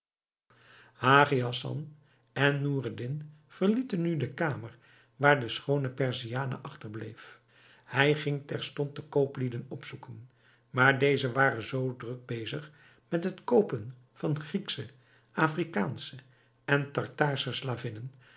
hagi hassan en noureddin verlieten nu de kamer waar de schoone perziane achterbleef hij ging terstond de kooplieden opzoeken maar deze waren zoo druk bezig met het koopen van grieksche afrikaansche en tartaarsche